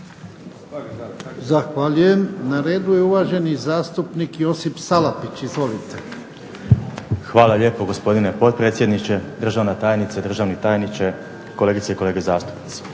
Zahvaljujem. Na redu je uvaženi zastupnik Josip Salapić. Izvolite. **Salapić, Josip (HDZ)** Hvala lijepo gospodine potpredsjedniče, državna tajnice, državni tajniče, kolegice i kolege zastupnici.